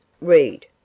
Read